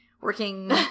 working